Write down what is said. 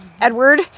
Edward